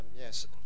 Yes